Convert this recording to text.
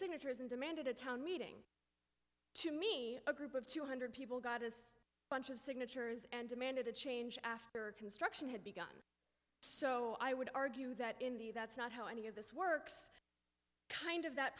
gnatures and demanded a town meeting to me a group of two hundred people got as bunch of signatures and demanded a change after construction had begun so i would argue that in the that's not how any of this works kind of that